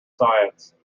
science